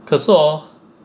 可是 hor